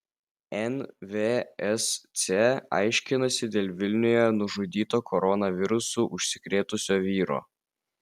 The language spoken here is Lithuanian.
nvsc aiškinasi dėl vilniuje nužudyto koronavirusu užsikrėtusio vyro